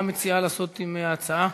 מה את מציעה לעשות עם ההצעה?